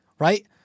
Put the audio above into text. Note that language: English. Right